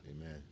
amen